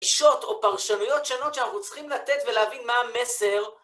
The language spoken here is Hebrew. אישות או פרשנויות שונות שאנחנו צריכים לתת ולהבין מה המסר.